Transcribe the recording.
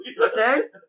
okay